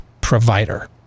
provider